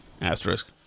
Asterisk